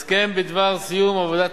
הסכם בדבר סיום עבודה,